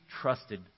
trusted